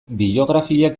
biografiak